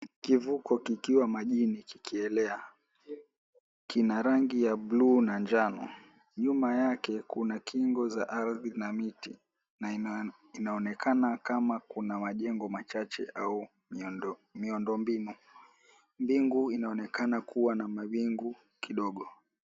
Kivuko kikiwa majini kikielea kina rangi ya blue na njano , nyuma yake kuna kingo za ardhi na miti na inaonekana kama kuna majengo machache au miundo miundo mbinu mbingu inaonekana kuwa mawingu kidogo.